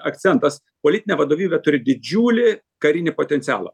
akcentas politinė vadovybė turi didžiulį karinį potencialą